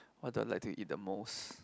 what the like to eat the most